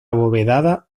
abovedada